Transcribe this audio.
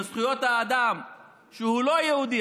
בזכויות האדם שהוא לא יהודי,